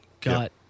got